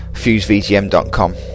FuseVGM.com